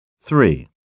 three